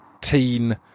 teen